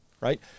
right